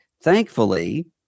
thankfully